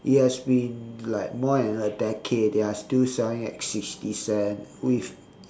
it has been like more than a decade and they are still selling at sixty cents with